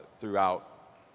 throughout